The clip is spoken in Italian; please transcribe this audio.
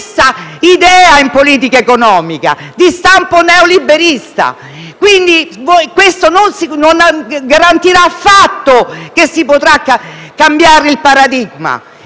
hanno la stessa idea di stampo neoliberista, quindi questo non garantirà affatto che si potrà cambiare il paradigma.